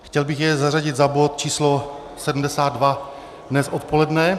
Chtěl bych jej zařadit za bod č. 72 dnes odpoledne.